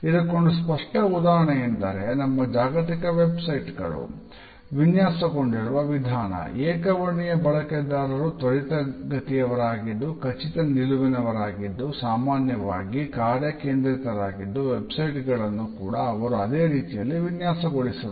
ಇದಕ್ಕೊಂದು ಸ್ಪಷ್ಟ ಉದಾಹರಣೆ ಎಂದರೆ ನಮ್ಮ ಜಾಗತಿಕ ವೆಬ್ಸೈಟ್ ಗಳು ಕೂಡ ಅವರು ಅದೇ ರೀತಿಯಲ್ಲಿ ವಿನ್ಯಾಸಗೊಳಿಸುತ್ತಾರೆ